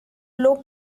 low